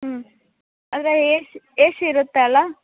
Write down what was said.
ಹ್ಞೂ ಅಂದರೆ ಏ ಸ್ ಏ ಸಿ ಇರುತ್ತೆ ಅಲ್ವಾ